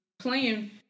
Playing